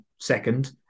second